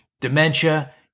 dementia